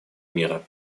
мира